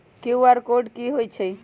QR code कि हई छई?